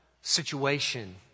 Situation